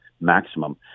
maximum